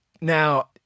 Now